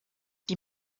die